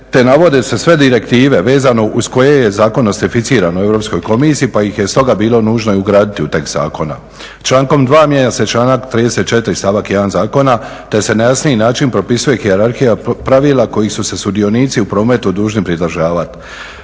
te navode se sve direktive vezano uz koje je zakon o … Europskoj komisiji pa ih je stoga bilo nužno i ugraditi u tekst zakona. Člankom 2. mijenja se članak 34. stavak 1. zakona te se na jasniji način propisuje hijerarhija pravila kojih su se sudionici u prometu dužni pridržavati.